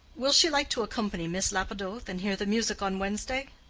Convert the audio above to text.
will she like to accompany miss lapidoth and hear the music on wednesday?